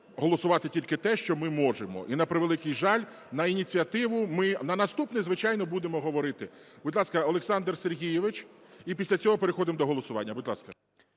голосувати тільки те, що ми можемо. І, на превеликий жаль, на ініціативу ми… на наступний, звичайно, будемо говорити. Будь ласка, Олександр Сергійович, і після цього переходимо до голосування. Будь ласка.